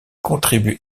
contribue